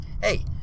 hey